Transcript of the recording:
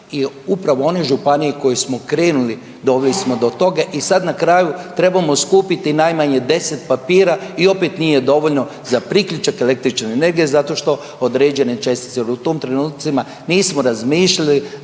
upravo one županije koje smo krenuli doveli smo do toga i sad na kraju trebamo skupiti najmanje 10 papira i opet nije dovoljno za priključak električne energije zato što određene čestice jer u tim trenucima nismo razmišljali